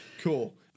cool